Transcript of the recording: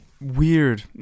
Weird